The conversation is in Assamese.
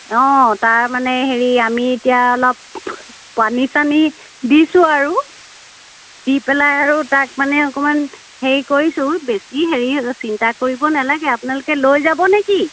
অ তাৰ মানে হেৰি আমি এতিয়া অলপ পানী চানী দিছোঁ আৰু দি পেলাই আৰু তাক মানে অকণমান হেৰি কৰিছোঁ বেছি হেৰি হৈছে চিন্তা কৰিব নেলাগে আপোনালোকে লৈ যাবনে কি